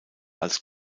als